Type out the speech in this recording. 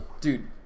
Dude